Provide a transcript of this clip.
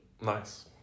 Nice